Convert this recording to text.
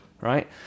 right